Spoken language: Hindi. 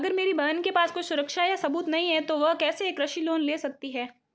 अगर मेरी बहन के पास कोई सुरक्षा या सबूत नहीं है, तो वह कैसे एक कृषि लोन ले सकती है?